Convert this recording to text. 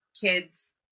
kids